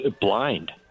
blind